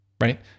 Right